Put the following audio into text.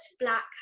black